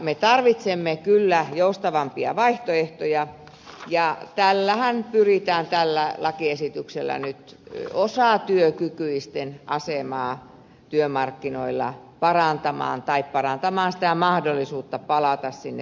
me tarvitsemme kyllä joustavampia vaihtoehtoja ja tällä lakiesityksellähän pyritään nyt osatyökykyisten asemaa työmarkkinoilla parantamaan tai parantamaan mahdollisuutta palata sinne työmarkkinoille